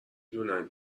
دونن